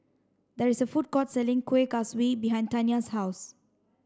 there is a food court selling Kuih Kaswi behind Taniya's house